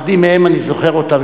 אחדים מהם, אני זוכר אותם.